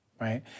right